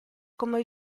come